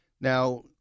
Now